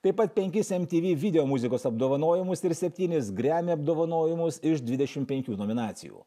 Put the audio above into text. taip pat penkis mtv video muzikos apdovanojimus ir septynis grammy apdovanojimus iš dvidešim penkių nominacijų